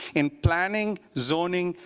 in planning, zoning,